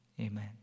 amen